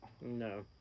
No